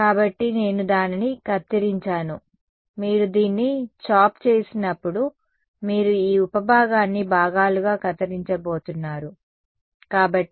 కాబట్టి నేను దానిని కత్తిరించాను కాబట్టి మీరు దీన్ని చాప్ చేసినప్పుడు మీరు ఈ ఉపభాగాన్ని భాగాలుగా కత్తిరించబోతున్నారు సమయం 0130 చూడండి